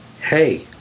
hey